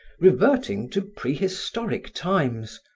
reverting to prehistoric times.